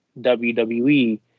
WWE